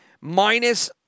minus